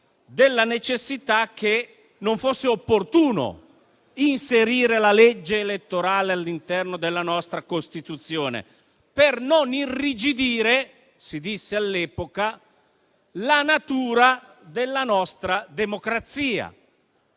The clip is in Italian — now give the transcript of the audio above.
del fatto che non fosse opportuno inserire la legge elettorale all'interno della nostra Costituzione per non irrigidire, si disse all'epoca, la natura della nostra democrazia.